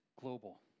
global